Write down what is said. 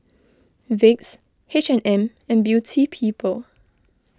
Vicks H and M and Beauty People